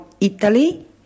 Italy